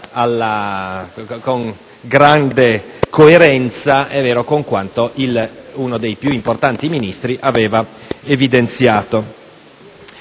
in grande coerenza con quanto uno dei più importanti Ministri aveva evidenziato.